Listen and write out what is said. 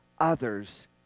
others